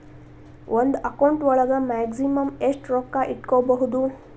ಒಂದು ಅಕೌಂಟ್ ಒಳಗ ಮ್ಯಾಕ್ಸಿಮಮ್ ಎಷ್ಟು ರೊಕ್ಕ ಇಟ್ಕೋಬಹುದು?